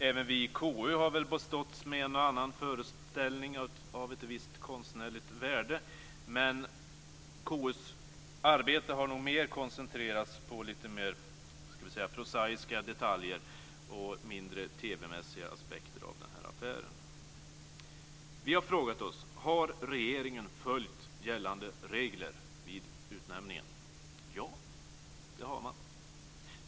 Även vi i KU har väl beståtts med en och annan föreställning av ett visst konstnärligt värde. Men KU:s arbete har nog mer koncentrerats på lite mer prosaiska detaljer och mindre TV-mässiga aspekter på den här affären. Vi har frågat oss: Har regeringen följt gällande regler vid utnämningen? Ja, det har man.